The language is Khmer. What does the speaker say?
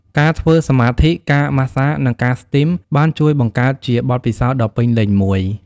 ការធ្វើសមាធិ ការម៉ាស្សា និងការស្ទីមបានជួយបង្កើតជាបទពិសោធន៍ដ៏ពេញលេញមួយ។